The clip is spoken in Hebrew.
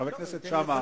חבר הכנסת שאמה,